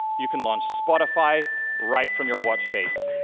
you can launch spotify right from your watch face.